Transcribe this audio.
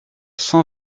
cent